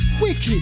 wicked